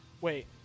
wait